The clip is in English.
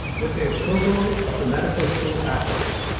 with the approval of the medical school faculty,